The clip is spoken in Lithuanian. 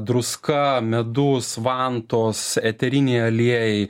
druska medus vantos eteriniai aliejai